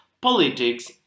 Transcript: politics